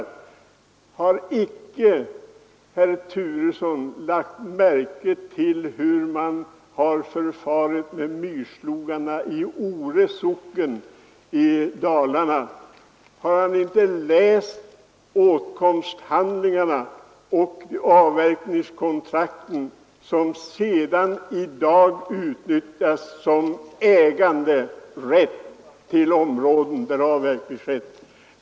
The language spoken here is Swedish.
Har icke herr Turesson lagt märke till hur man förfarit med myrslogarna i Ore socken i Dalarna? Har han inte läst åtkomsthandlingarna och avverkningskontrakten, som i dag utnyttjas som äganderättshandlingar för områden där avverkning skett?